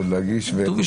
פה.